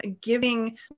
giving